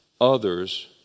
others